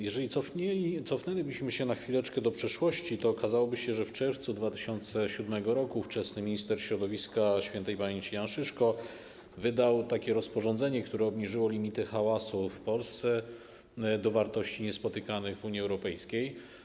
Jeżeli cofnęlibyśmy się na chwileczkę do przeszłości, to okazałoby się, że w czerwcu 2007 r. ówczesny minister środowiska śp. Jan Szyszko wydał takie rozporządzenie, które obniżyło limity hałasu w Polsce do wartości niespotykanych w Unii Europejskiej.